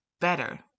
better